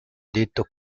detto